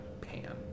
pan